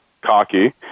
cocky